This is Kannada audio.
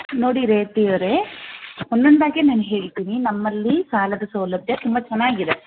ನೋಡಿ ರೇವತಿ ಅವರೇ ಒಂದೊಂದಾಗಿ ನಾನು ಹೇಳ್ತೀನಿ ನಮ್ಮಲ್ಲಿ ಸಾಲದ ಸೌಲಭ್ಯ ತುಂಬ ಚೆನ್ನಾಗಿದೆ